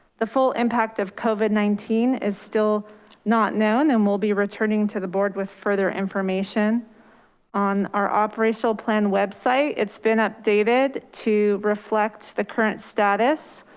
the full impact of covid nineteen is still not known. and we'll be returning to the board with further information on our operational plan website. it's been updated to reflect the current status.